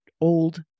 old